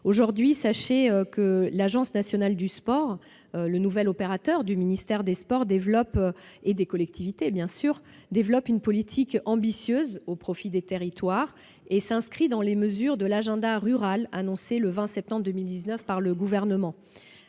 Aujourd'hui, l'Agence nationale du sport, le nouvel opérateur du ministère des sports et, bien sûr, des collectivités territoriales, développe une politique ambitieuse au profit des territoires, qui s'inscrit dans les mesures de l'Agenda rural annoncé le 20 septembre 2019 par le Gouvernement.